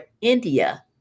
India